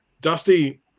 Dusty